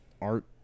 art